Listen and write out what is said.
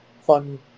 fun